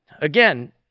Again